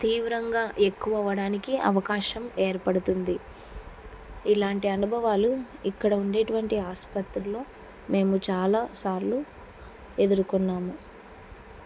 తీవ్రంగా ఎక్కువ అవ్వడానికి అవకాశం ఏర్పడుతుంది ఇలాంటి అనుభవాలు ఇక్కడ ఉండేటటువంటి ఆసుపత్రిలో మేము చాలా సార్లు ఎదుర్కున్నాము